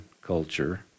culture